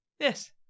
Yes